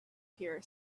here